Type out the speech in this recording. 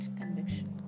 conviction